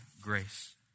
grace